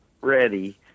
ready